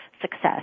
success